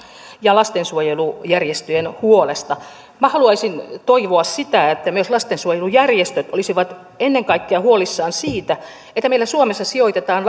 ja lastensuojelujärjestöjen huolesta minä haluaisin toivoa sitä että myös lastensuojelujärjestöt olisivat ennen kaikkea huolissaan siitä että meillä suomessa sijoitetaan